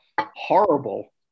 horrible